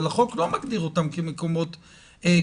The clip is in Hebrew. אבל החוק לא מגדיר אותם כמקומות קדושים,